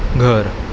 घर